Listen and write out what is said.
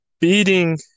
beating